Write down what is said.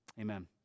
amen